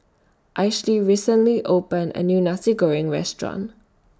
Ainsley recently opened A New Nasi Goreng Restaurant